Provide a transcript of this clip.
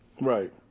Right